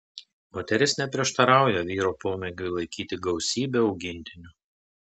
moteris neprieštarauja vyro pomėgiui laikyti gausybę augintinių